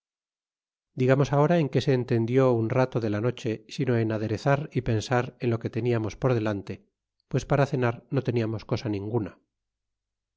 digamos ahora en qué se entendió un rato de la noche sino en aderezar y pensar en lo que teníamos por delante pues para cenar no teniamos cosa ninguna